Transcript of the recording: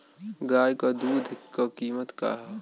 गाय क दूध क कीमत का हैं?